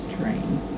train